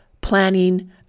planning